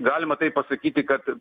galima taip pasakyti kad